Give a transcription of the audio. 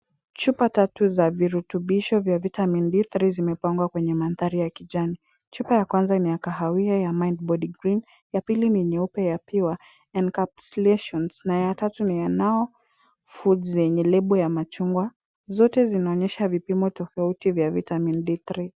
Chupa tatu za virutubisho vya vitamin D3 zimepangwa kwenye mandhari ya kijani. Chupa ya kwanza ni ya kahawia ya Mind body cream, ya pili ni nyeupe ya Pure encapsulations na ya tatu ni ya Now food zenye lebo ya machungwa. Zote zinaonyesha vipimo tofauti vya vitamin D3 .